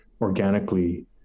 organically